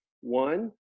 One